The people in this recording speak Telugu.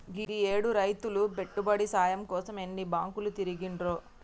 గీయేడు రైతులు పెట్టుబడి సాయం కోసం ఎన్ని బాంకులు తిరిగిండ్రో